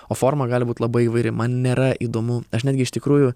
o forma gali būt labai įvairi man nėra įdomu aš netgi iš tikrųjų